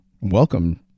Welcome